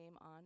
on